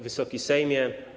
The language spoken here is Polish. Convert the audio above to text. Wysoki Sejmie!